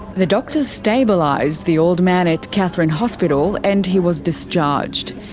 the doctors stabilised the old man at katherine hospital and he was discharged.